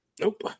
Nope